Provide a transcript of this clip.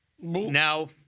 Now